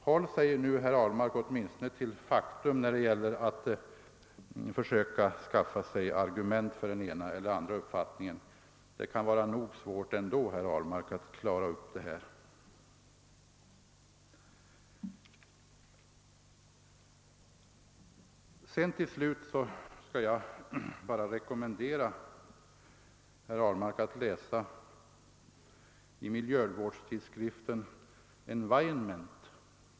Håll sig, herr Ahlmark, åtminstone till fakta när det gäller att försöka skaffa argument för den ena eller andra uppfattningen! Det kan vara nog svårt ändå, för herr Ahlmark, att klara upp detta. Till slut skall jag bara rekommendera herr Ahlmark att studera miljövårdstidskriften Environment.